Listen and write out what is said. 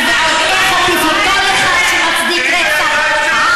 אני ועוד איך אטיף לכל אחד שמצדיק רצח עם.